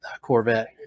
Corvette